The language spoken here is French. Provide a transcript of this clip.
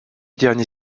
dernier